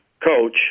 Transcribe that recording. coach